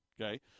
Okay